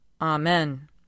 Amen